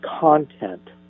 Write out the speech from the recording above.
content